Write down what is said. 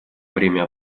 время